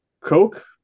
Coke